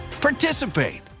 participate